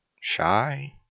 shy